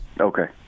Okay